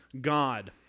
God